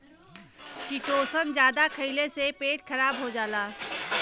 chitosan जादा खइले से पेट खराब हो जाला